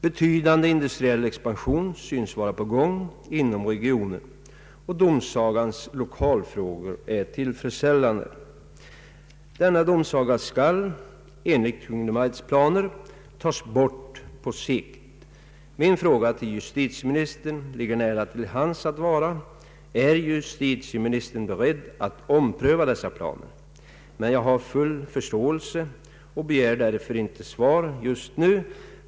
Betydande industriell expansion synes vara på gång inom regionen. Domsagans lokaler är tillfredsställande. Denna domsaga skall enligt Kungl. Maj:ts planer i en framtid dras in. Är justitieministern beredd att ompröva dessa planer? Jag har full förståelse för svårighe ten att ge ett svar just nu, och därför begär jag det inte heller.